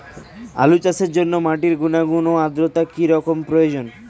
আলু চাষের জন্য মাটির গুণাগুণ ও আদ্রতা কী রকম প্রয়োজন?